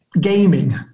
gaming